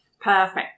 perfect